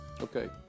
Okay